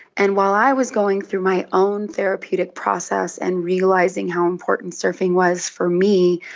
and while i was going through my own therapeutic process and realising how important surfing was for me,